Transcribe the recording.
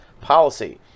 policy